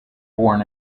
born